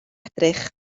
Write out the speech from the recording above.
edrych